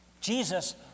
Jesus